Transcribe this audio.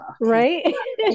Right